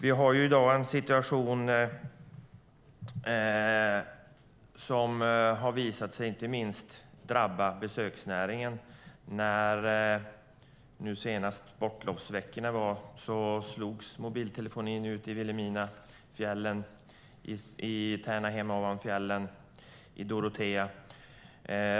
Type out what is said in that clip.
Vi har i dag en situation som har visat sig inte minst drabba besöksnäringen. Under de senaste sportlovsveckorna slogs mobiltelefonin ut i Vilhelmina, i Tärnaby-Hemavan-fjällen och i Dorotea.